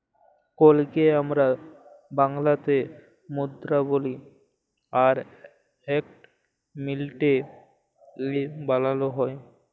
কইলকে আমরা বাংলাতে মুদরা বলি আর ইট মিলটে এ বালালো হয়